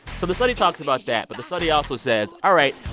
so the study talks about that. but the study also says, all right,